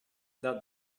that